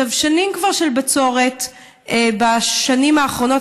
שנים של בצורת בשנים האחרונות,